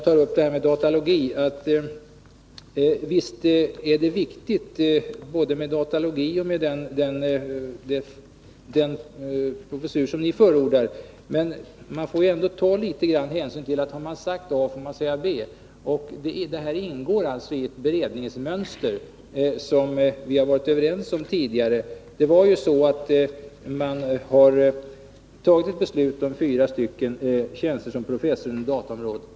Till det vill jag bara säga, att visst är både datalogin och den professur som ni förordar viktig. Men man får ta litet hänsyn till att om man har sagt a får man säga b. Och detta ingår i ett beredningsmönster som vi har varit överens om tidigare. Det har tagits ett beslut om fyra professorstjänster inom dataområdet.